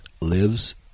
lives